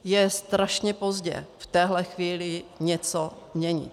Je strašně pozdě v téhle chvíli něco měnit.